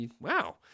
wow